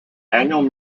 annual